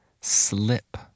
slip